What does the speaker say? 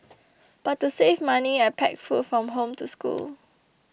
but to save money I packed food from home to school